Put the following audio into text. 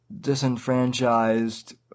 disenfranchised